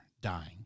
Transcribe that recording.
dying